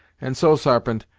and so, sarpent,